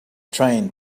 train